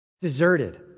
Deserted